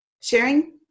sharing